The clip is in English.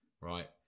right